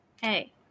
Hey